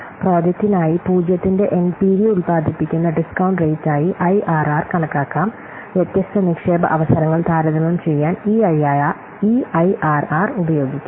പ്രോജക്റ്റിനായി 0 ത്തിന്റെ എൻപിവി ഉൽപാദിപ്പിക്കുന്ന discount rate ആയി ഐആർആർ കണക്കാക്കാം വ്യത്യസ്ത നിക്ഷേപ അവസരങ്ങൾ താരതമ്യം ചെയ്യാൻ ഈ ഐആർആർ ഉപയോഗിക്കാം